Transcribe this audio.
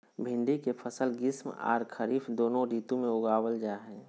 भिंडी के फसल ग्रीष्म आर खरीफ दोनों ऋतु में उगावल जा हई